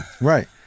Right